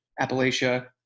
Appalachia